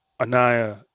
Anaya